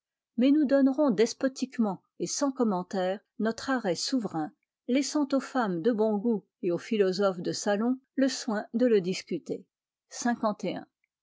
mais nous donnerons despotiquement et sans commentaires notre arrêt souverain laissant aux femmes de bon goût et aux philosophes de salon le soin de le discuter